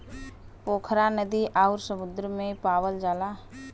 पोखरा नदी अउरी समुंदर में पावल जाला